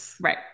Right